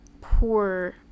poor